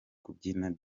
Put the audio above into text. kubyina